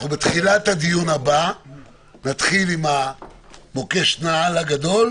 אנחנו בתחילת הדיון הבא נתחיל עם המוקש נעל הגדול.